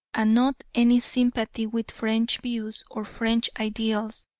and not any sympathy with french views or french ideals,